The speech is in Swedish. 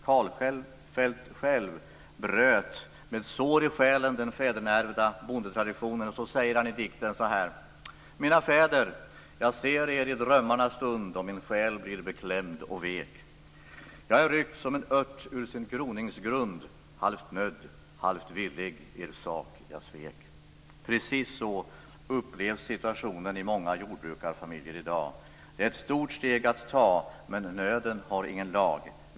Karlfeldt själv bröt med sår i själen den fäderneärvda bondetraditionen. I dikten säger han: Mina fäder, jag ser er i drömmarnas stund, och min själ blir beklämd och vek. Jag är ryckt som en ört ur sin groningsgrund, halvt nödd, halvt villig er sak jag svek. Precis så upplevs situationen i många jordbrukarfamiljer i dag. Det är ett stort steg att ta, men nöden har ingen lag.